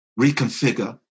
reconfigure